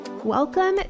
Welcome